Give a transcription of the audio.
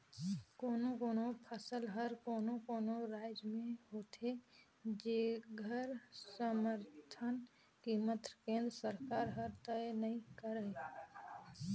कोनो कोनो फसल हर कोनो कोनो रायज में होथे जेखर समरथन कीमत केंद्र सरकार हर तय नइ करय